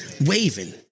waving